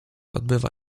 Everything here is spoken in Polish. odbywa